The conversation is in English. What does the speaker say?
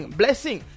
blessing